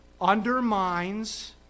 undermines